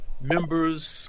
members